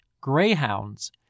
greyhounds